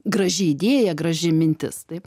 graži idėja graži mintis taip